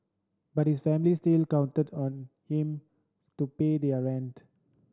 but his family still counted on him to pay their rent